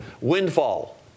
windfall